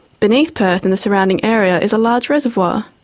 beneath perth and the surrounding area is a large reservoir,